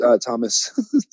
Thomas